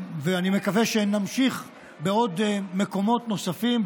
ואני מקווה שנמשיך בעוד מקומות נוספים,